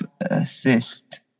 assist